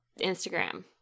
Instagram